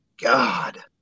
God